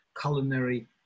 culinary